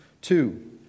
Two